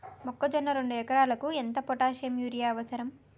మొక్కజొన్న రెండు ఎకరాలకు ఎంత పొటాషియం యూరియా అవసరం?